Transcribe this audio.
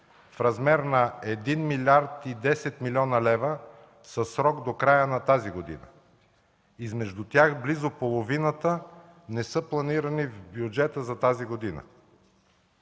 в размер на 1 млрд. 10 млн. лв. със срок до края на тази година. Измежду тях близо половината не са планирани в бюджета за тази година.